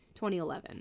2011